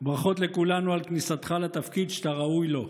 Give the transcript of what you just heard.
ברכות לכולנו על כניסתך לתפקיד שאתה ראוי לו.